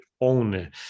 own